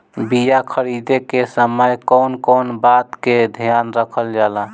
बीया खरीदे के समय कौन कौन बात के ध्यान रखल जाला?